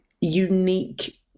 unique